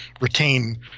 retain